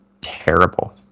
terrible